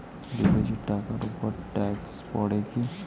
Deposit টাকার উপর tax পড়ে কি?